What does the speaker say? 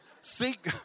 seek